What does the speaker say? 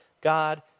God